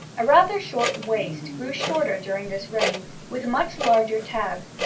a rather short waist grew shorter during this reign, with much larger tabs,